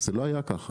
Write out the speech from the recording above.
זה לא היה כך.